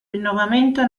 rinnovamento